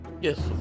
Yes